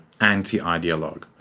anti-ideologue